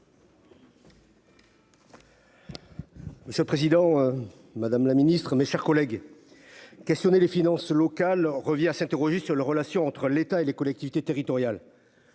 Monsieur le Président, Madame la Ministre, mes chers collègues, questionné les finances locales revient à s'interroger sur les relations entre l'État et les collectivités territoriales,